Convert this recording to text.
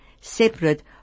separate